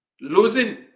losing